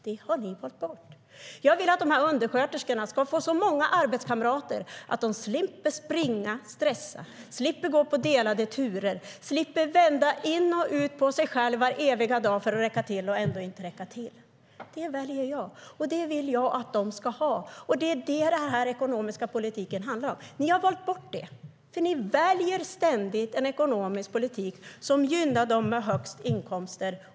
Det har ni valt bort. Jag vill att undersköterskorna ska få så många arbetskamrater att de slipper springa och stressa, slipper gå på delade turer, slipper vända in och ut på sig själva vareviga dag för att räcka till - och ändå inte räcka till. Det väljer jag. Det vill jag att de ska få, och det är vad den ekonomiska politiken handlar om. Ni har valt bort detta. Ni väljer ständigt en ekonomisk politik som gynnar dem med högst inkomster.